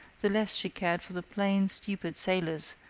the less she cared for the plain, stupid sailors,